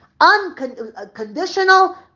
unconditional